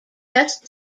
test